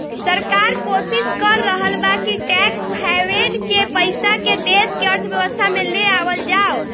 सरकार कोशिस कर रहल बा कि टैक्स हैवेन के पइसा के देश के अर्थव्यवस्था में ले आवल जाव